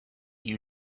you